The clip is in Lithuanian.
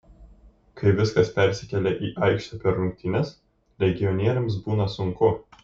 kai viskas persikelia į aikštę per rungtynes legionieriams būna sunku